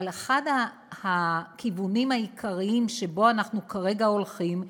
אבל אחד הכיוונים העיקריים שבו אנחנו הולכים כרגע,